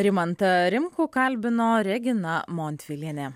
rimantą rimkų kalbino regina montvilienė